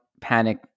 panic